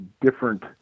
different